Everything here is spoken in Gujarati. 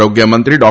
આરોગ્યમંત્રી ડૉ